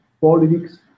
politics